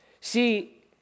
See